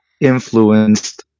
influenced